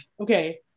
Okay